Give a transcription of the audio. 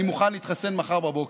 אני מוכן להתחסן מחר בבוקר.